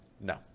No